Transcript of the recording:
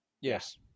Yes